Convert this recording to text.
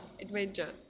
Adventure